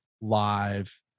live